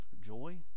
joy